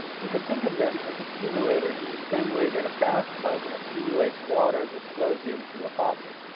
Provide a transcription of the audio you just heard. you can think of them as accumulators in the same way that a bathtub accumulates water that flows in through a faucet.